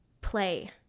play